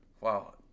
wow